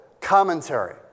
commentary